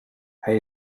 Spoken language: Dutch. hij